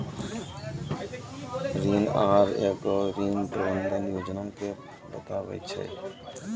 ऋण आहार एगो ऋण प्रबंधन योजना के बताबै छै